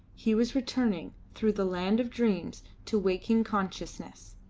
he was returning, through the land of dreams, to waking consciousness.